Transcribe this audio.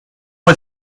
est